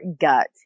gut